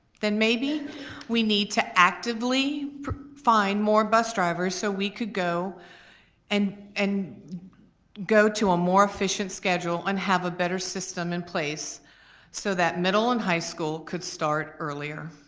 then maybe we need to actively find more bus drivers so we could go and and go to a more efficient schedule and have a better system in place so that middle and high school could start earlier.